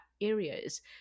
areas